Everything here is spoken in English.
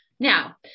Now